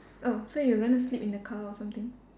oh so you going to sleep in the car or something